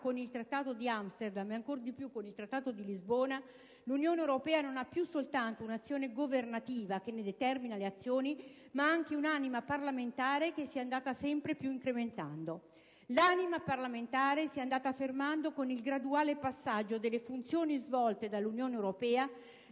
con il Trattato di Amsterdam ed ancor di più con il Trattato di Lisbona, l'Unione europea non ha più soltanto un'anima governativa che ne determina le azioni, ma anche un'anima parlamentare che si è andata sempre più incrementando. L'anima parlamentare si è andata affermando con il graduale passaggio delle funzioni svolte dall'Unione europea